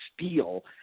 steal